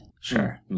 Sure